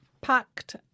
packed